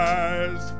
eyes